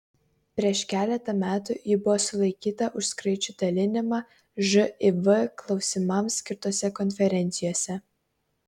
prieš keletą metų ji buvo sulaikyta už skrajučių dalinimą živ klausimams skirtose konferencijose